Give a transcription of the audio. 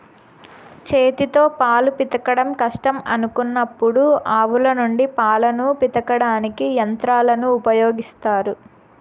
చేతితో పాలు పితకడం కష్టం అనుకున్నప్పుడు ఆవుల నుండి పాలను పితకడానికి యంత్రాలను ఉపయోగిత్తారు